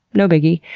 no biggie.